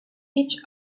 each